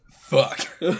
Fuck